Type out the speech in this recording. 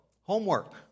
homework